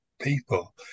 people